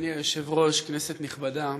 אדוני היושב-ראש, כנסת נכבדה,